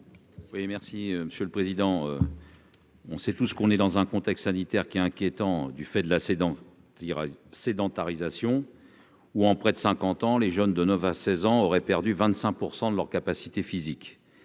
Oui, merci Monsieur le Président. On sait tout ce qu'on est dans un contexte sanitaire qui est inquiétant, du fait de la dans sédentarisation ou en près de 50 ans, les jeunes de 9 à 16 ans aurait perdu 25 % de leur capacité physique,